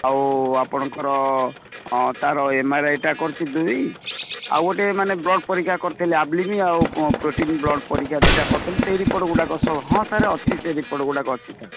ଆଉ ଆପଣଙ୍କର ତାର ଏମଆରଆଇଟା କରିଛି ଦୁଇ ଆଉ ଗୋଟେ ମାନେ ବ୍ଲଡ଼୍ ପରୀକ୍ଷା କରିଥିଲି ଆଉ ପ୍ରୋଟିନ୍ ବ୍ଲଡ଼୍ ପରୀକ୍ଷା ଦୁଇଟା କରିଥିଲି ସେଇ ରିପୋର୍ଟ ଗୁଡ଼ାକ ହଁ ସାର ଅଛି ସେ ରିପୋର୍ଟଗୁଡ଼ାକ ଅଛି ସାର୍